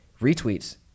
Retweets